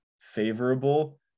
favorable